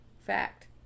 Fact